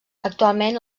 actualment